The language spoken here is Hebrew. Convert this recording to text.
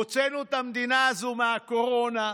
הוצאנו את המדינה הזו מהקורונה.